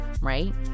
right